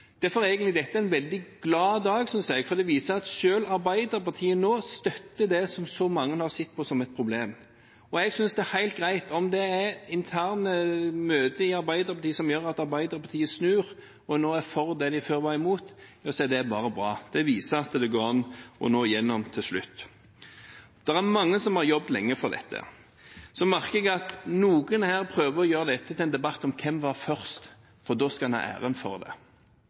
Derfor er egentlig dette en veldig glad dag, synes jeg, for det viser at selv Arbeiderpartiet nå støtter det som så mange har sett på som et problem. Jeg synes det er helt greit om det er interne møter i Arbeiderpartiet som gjør at Arbeiderpartiet snur og nå er for det de før var imot, ja det er bare bra. Det viser at det går an å nå gjennom til slutt. Det er mange som har jobbet lenge for dette. Jeg merker at noen her prøver å gjøre dette til en debatt om hvem som var først, for da skal en ha æren for det.